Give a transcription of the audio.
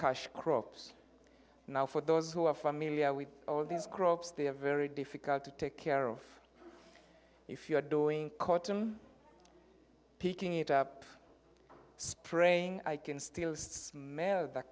cash crops now for those who are familiar with these crops they are very difficult to take care of if you're doing cotton picking it up spraying i can still smell the